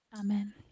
Amen